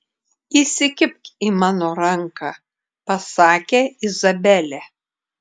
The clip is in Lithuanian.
įsikibk į mano ranką pasakė izabelė